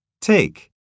Take